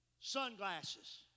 sunglasses